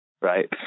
right